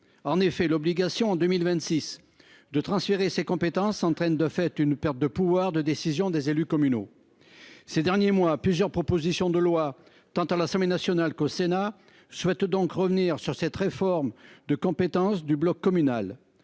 En effet, l'obligation de ce transfert en 2026 entraîne, de fait, une perte de pouvoir de décision des élus communaux. Ces derniers mois, plusieurs propositions de loi, tant à l'Assemblée nationale qu'au Sénat, ont visé à revenir sur cette réforme des compétences du bloc communal.